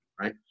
right